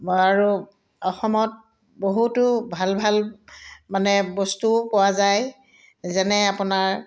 আৰু অসমত বহুতো ভাল ভাল মানে বস্তু পোৱা যায় যেনে আপোনাৰ